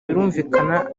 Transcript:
birumvikana